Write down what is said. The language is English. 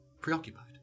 preoccupied